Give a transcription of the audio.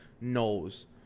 knows